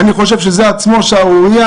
אני חושב שזה כשלעצמו שערורייה